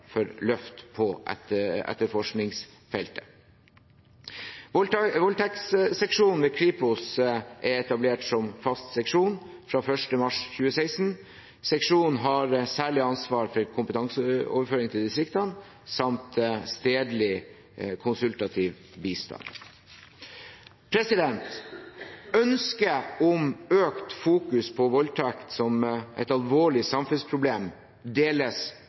for løft på etterforskningsfeltet. Voldtektsseksjonen ved Kripos er etablert som fast seksjon fra 1. mars 2016. Seksjonen har særlig ansvar for kompetanseoverføring til distriktene samt for stedlig konsultativ bistand. Ønsket om at det fokuseres mer på voldtekt som et alvorlig samfunnsproblem, deles